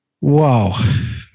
Wow